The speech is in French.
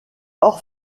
hors